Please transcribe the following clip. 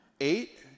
eight